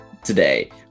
today